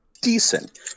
decent